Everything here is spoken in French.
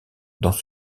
dans